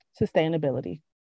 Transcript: sustainability